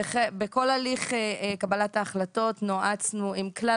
בכל הליך קבלת ההחלטות נועצנו עם כלל